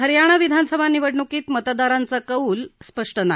हरयाणा विधानसभा निवडणुकीत मतदारांचा कौल स्पष्ट नाही